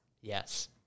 Yes